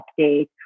update